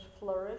flourish